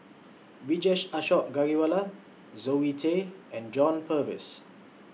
Vijesh Ashok Ghariwala Zoe Tay and John Purvis